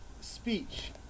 speech